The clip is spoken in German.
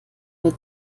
nur